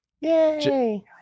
Yay